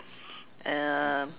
err